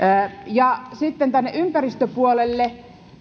sitten tänne ympäristöpuolelle